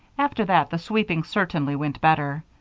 after that the sweeping certainly went better.